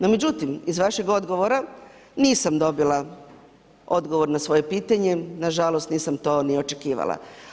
No međutim, iz vašeg odgovora, nisam dobila odgovor na svoje pitanje, na žalost nisam to ni očekivala.